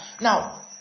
Now